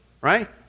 Right